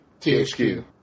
THQ